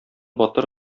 батыр